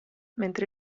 mentre